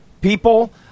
people